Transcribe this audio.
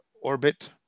Orbit